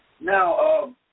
Now